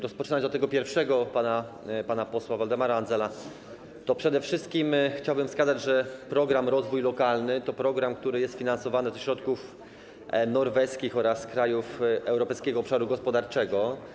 Rozpoczynając od tego pierwszego poruszonego przez pana posła Waldemara Andzela, przede wszystkim chciałbym wskazać, że program „Rozwój lokalny” to program, który jest finansowany ze środków norweskich oraz krajów Europejskiego Obszaru Gospodarczego.